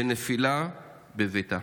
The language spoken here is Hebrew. בנפילה בביתה.